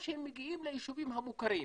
או שהם מגיעים ליישובים המוכרים.